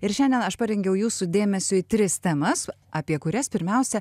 ir šiandien aš parengiau jūsų dėmesiui tris temas apie kurias pirmiausia